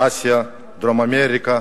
אסיה, דרום-אמריקה,